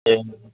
ए